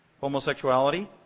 homosexuality